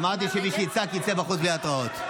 אמרתי שמי שיצעק יצא החוצה בלי התראות.